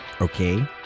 Okay